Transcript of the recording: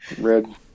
red